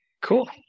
cool